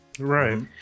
right